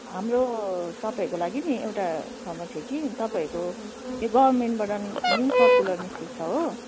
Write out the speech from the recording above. हाम्रो तपाईँहरूको लागि नि एउटा खबर थियो कि तपाईँहरूको यो गभर्मेन्टबाट न्यु सर्कुलर निस्केको छ हो